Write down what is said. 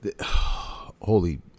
holy